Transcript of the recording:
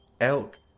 Elk